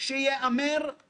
ולמרות שתיקנתם,